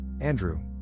Andrew